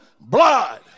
blood